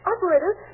Operator